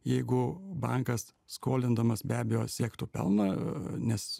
jeigu bankas skolindamas be abejo siektų pelno nes